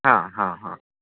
हा हा हा